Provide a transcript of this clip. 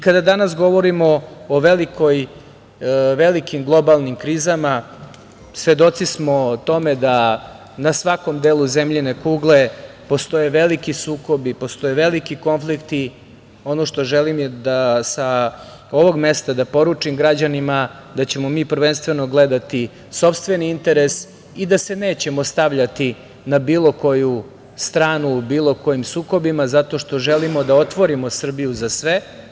Kada danas govorimo o velikim globalnim krizama, svedoci smo tome da na svakom delu zemljine kugle postoje veliki sukobi, postoje veliki konflikti, ono što želim je da sa ovog mesta poručim građanima da ćemo mi prvenstveno gledati sopstveni interes i da se nećemo stavljati na bilo koju stranu u bilo kojim sukobima zato što želimo da otvorimo Srbiju za sve.